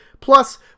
Plus